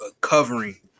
covering